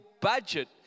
budget